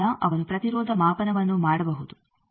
ಆದ್ದರಿಂದ ಅವನು ಪ್ರತಿರೋಧ ಮಾಪನವನ್ನು ಮಾಡಬಹುದು